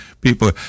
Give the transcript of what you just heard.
people